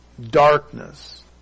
darkness